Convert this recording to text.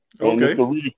Okay